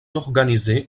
organisé